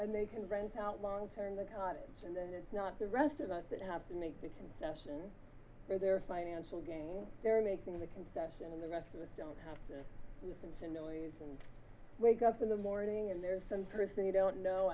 and they can rent out long term the cottage and then there's not the rest of us that have to make the concession for their financial gain they're making the concession and the rest of the don't have listen to a noise and wake up in the morning and there's some person you don't know